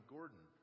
Gordon